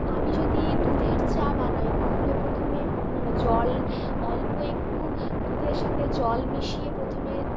আমি যদি দুধের চা বানাই তাহলে প্রথমে জল অল্প একটু দুধের সাথে জল মিশিয়ে প্রথমে